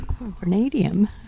Vanadium